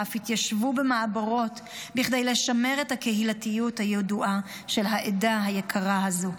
ואף התיישבו במעברות כדי לשמר את הקהילתיות הידועה של העדה היקרה הזו.